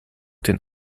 den